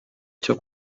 cyo